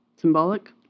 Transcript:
Symbolic